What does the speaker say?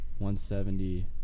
170